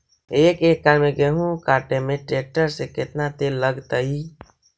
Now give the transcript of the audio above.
एक एकड़ गेहूं काटे में टरेकटर से केतना तेल लगतइ?